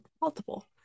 multiple